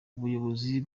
umuyobozi